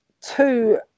two